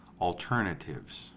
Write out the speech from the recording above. alternatives